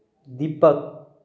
Deepak